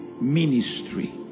ministry